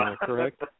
correct